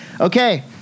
Okay